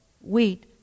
wheat